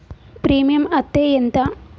Premium అత్తే ఎంత?